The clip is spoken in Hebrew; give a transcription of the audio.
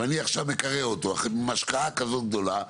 ואני עכשיו מקרה אותו עם השקעה כזאת גדולה,